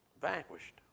vanquished